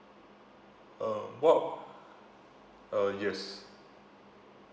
um whab~ uh yes